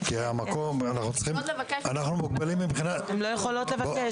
לא יכול להיות שמטפלת מחנכת